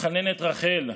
התחננה רחל,